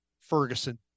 Ferguson